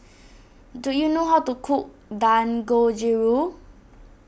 do you know how to cook Dangojiru